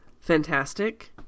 fantastic